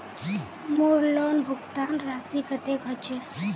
मोर लोन भुगतान राशि कतेक होचए?